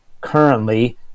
Currently